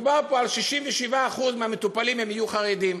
מדובר פה על 67% מהמטופלים שיהיו חרדים.